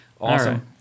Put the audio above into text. Awesome